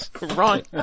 Right